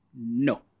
no